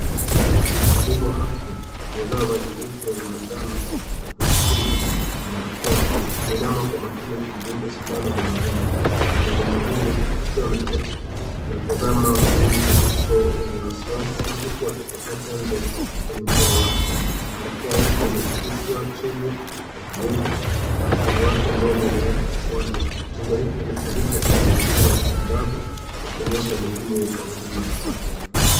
Mhudumu wa afya aliyevaa vazi zito la manjano la kujikinga na barakoa anainama kwa makini kumdunga sindano mwanamume. Mwanamume huyo akiwa ameketi, anamtazama mhudumu kwa uso wenye wasiwasi huku akipokea chanjo kwenye mkono wake. Barakoa yake imeshushwa chini ya kidevu na mkono wake mmoja umewekwa kifuani. Kitendo hiki kinafanyika katika mazingira ya kitibabu, ikionyesha umuhimu wa huduma za afya.